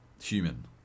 human